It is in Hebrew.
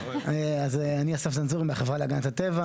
אני אסף זנזורי, מהחברה להגנת הטבע.